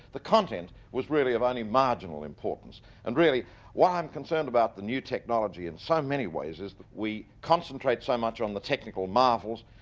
the content was really of only marginal importance and really why i'm concerned about the new technology in so many ways is that we concentrate so much on the technical marvels,